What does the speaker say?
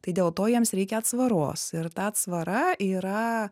tai dėl to jiems reikia atsvaros ir ta atsvara yra